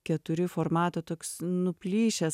keturi formato toks nuplyšęs